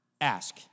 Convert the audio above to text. ask